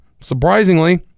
Surprisingly